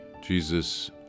Jesus